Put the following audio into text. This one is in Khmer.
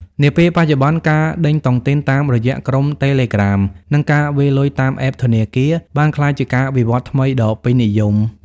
នាពេលបច្ចុប្បន្ន ការដេញតុងទីនតាមរយៈក្រុមតេឡេក្រាម (Telegram) និងការវេរលុយតាម App ធនាគារ បានក្លាយជាការវិវត្តថ្មីដ៏ពេញនិយម។